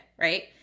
right